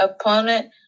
opponent